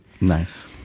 Nice